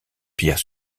pierre